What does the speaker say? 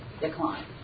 decline